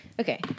Okay